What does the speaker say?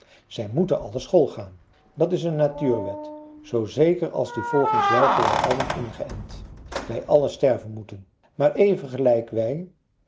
zij moeten allen schoolgaan dat is een natuurwet zoo zeker als die volgens welke zij allen ingeënt wij allen sterven moeten maar even gelijk wij